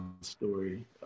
story